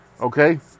Okay